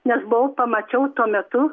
nes buvau pamačiau tuo metu